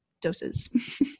doses